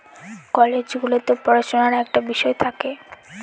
college গুলোতে পড়াশুনার একটা বিষয় থাকে